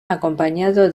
acompañado